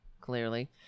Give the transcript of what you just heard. clearly